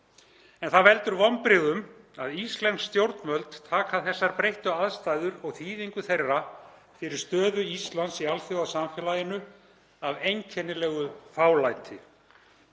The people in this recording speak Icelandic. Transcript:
En það veldur vonbrigðum að íslensk stjórnvöld taka þessum breyttu aðstæðum og þýðingu þeirra fyrir stöðu Íslands í alþjóðasamfélaginu af einkennilegu fálæti.